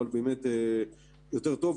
אבל באמת יותר טוב,